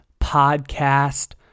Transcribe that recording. podcast